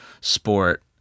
sport